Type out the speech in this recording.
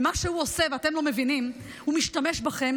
ומה שהוא עושה, אתם לא מבינים, הוא משתמש בכם